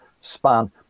span